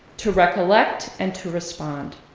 to recollect, and to respond.